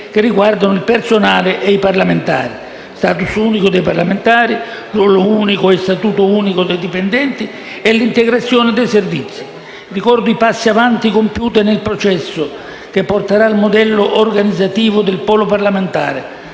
che riguardano il personale e i parlamentari (*status* unico dei parlamentari, ruolo unico e statuto unico dei dipendenti) e l'integrazione dei servizi. Ricordo i passi in avanti compiuti nel processo che porterà al modello organizzativo del Polo parlamentare